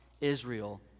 Israel